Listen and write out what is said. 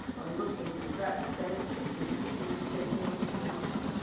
i'm looking. is that dennis? did you see your statement on screen there?